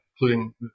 including